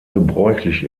gebräuchlich